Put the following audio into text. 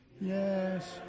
yes